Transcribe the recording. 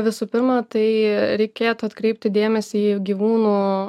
visų pirma tai reikėtų atkreipti dėmesį į gyvūnų